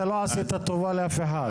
אתה לא עשית טובה לאף אחד,